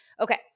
Okay